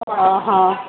ଅ ହ